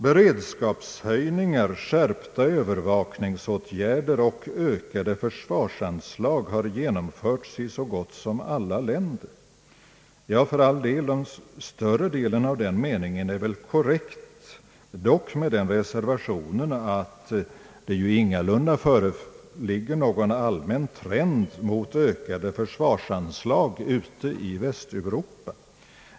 »Beredskapshöjningar, skärpta övervakningsåtgärder och ökade försvarsanslag har genomförts i så gott som alla länder.» Ja, för all del, större delen av den meningen är väl korrekt, dock med den reservationen att det ju ingalunda föreligger någon allmän trend mot ökade försvarsanslag ute i Västeuropa.